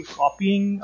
copying